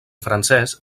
francès